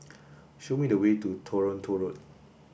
show me the way to Toronto Road